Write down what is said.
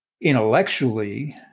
intellectually